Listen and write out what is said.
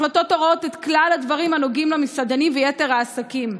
החלטות הרואות את כלל הדברים הנוגעים למסעדנים ויתר העסקים.